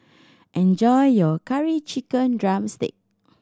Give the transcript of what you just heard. enjoy your Curry Chicken drumstick